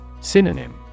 Synonym